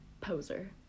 poser